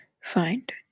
find